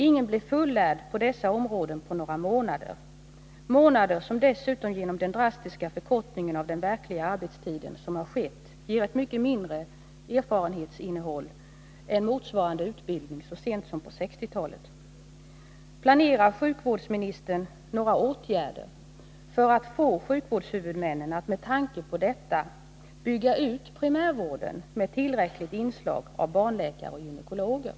Ingen blir fullärd inom dessa områden på några månader, månader som genom den drastiska förkortning av den verkliga arbetstiden som skett dessutom ger ett mycket mindre erfarenhetsinnehåll än motsvarande utbildning så sent som på 1960-talet. Planerar sjukvårdsministern några åtgärder för att få sjukvårdshuvudmännen att mot den här bakgrunden bygga ut primärvården med tillräckligt inslag av barnläkare och gynekologer?